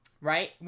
right